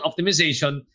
optimization